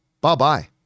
bye-bye